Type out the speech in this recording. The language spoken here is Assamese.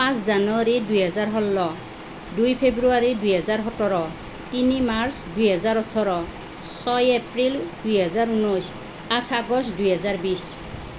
পাঁচ জানুৱাৰী দুহেজাৰ ষোল্ল দুই ফ্ৰেব্ৰুৱাৰী দুই হেজাৰ সোতৰ তিনি মাৰ্চ দুই হেজাৰ ওঠৰ ছয় এপ্ৰিল দুই হেজাৰ ঊনৈছ আঠ আগষ্ট দুই হেজাৰ বিছ